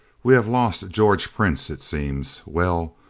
we have lost george prince, it seems. well,